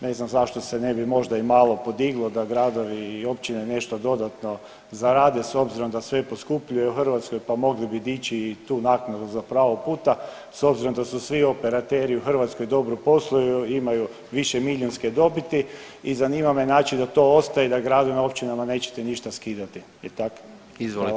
Ne znam zašto se ne bi možda i malo podiglo da gradovi i općine nešto dodatno zarade s obzirom da sve poskupljuje u Hrvatskoj, pa mogli bi dići i tu naknadu za pravo puta s obzirom da su svi operateri u Hrvatskoj dobro posluju, imaju više milijunske dobiti i zanima me znači da to ostaje da gradovima i općinama nećete ništa skidati i tak.